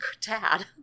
dad